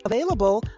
Available